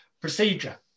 procedure